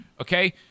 okay